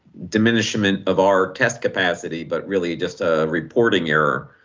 diminishment of our test capacity, but really just a reporting error.